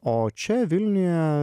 o čia vilniuje